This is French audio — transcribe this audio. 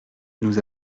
nous